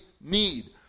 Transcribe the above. need